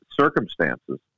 circumstances